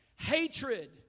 Hatred